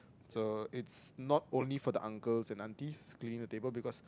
so it's not only for the uncles and aunties cleaning the tables because